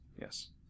yes